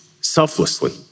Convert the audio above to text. selflessly